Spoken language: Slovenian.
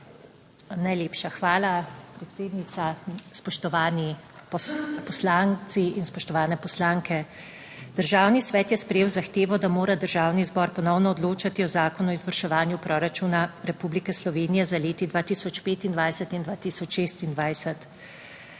Najlepša hvala, predsednica. Spoštovani poslanci, spoštovane poslanke! Državni svet je sprejel zahtevo, da mora Državni zbor ponovno odločati o Zakonu o izvrševanju proračuna Republike Slovenije za leti 2025 in 2026,